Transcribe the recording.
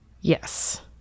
Yes